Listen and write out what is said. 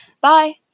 bye